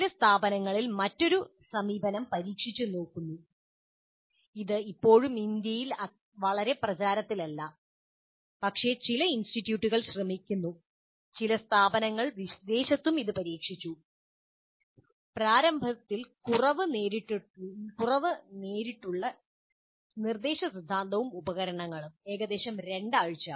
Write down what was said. ചില സ്ഥാപനങ്ങളിൽ മറ്റൊരു സമീപനം പരീക്ഷിച്ചു നോക്കുന്നു ഇത് ഇപ്പോഴും ഇന്ത്യയിൽ വളരെ പ്രചാരത്തിലില്ല പക്ഷേ ചില ഇൻസ്റ്റിറ്റ്യൂട്ടുകൾ ശ്രമിക്കുന്നു ഇത് ചില സ്ഥാപനങ്ങളിലും വിദേശത്തും പരീക്ഷിച്ചു പ്രാരംഭത്തിൽ കുറവ് നേരിട്ടുള്ള നിർദ്ദേശ സിദ്ധാന്തവും ഉപകരണങ്ങളും ഏകദേശം 2 ആഴ്ച